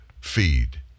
feed